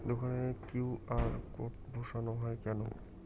দোকানে QR code বসানো হয় কেন?